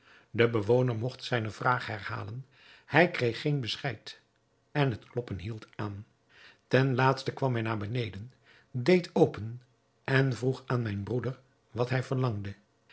de bewoner mogt zijne vraag herhalen hij kreeg geen bescheid en het kloppen hield aan ten laatste kwam hij naar beneden deed open en vroeg aan mijn broeder wat hij verlangde